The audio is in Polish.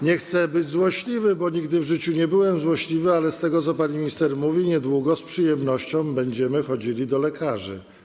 Nie chcę być złośliwy, bo nigdy w życiu nie byłem złośliwy, ale z tego, co pani minister mówi, niedługo z przyjemnością będziemy chodzili do lekarzy.